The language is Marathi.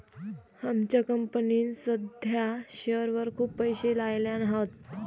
आमच्या कंपनीन साध्या शेअरवर खूप पैशे लायल्यान हत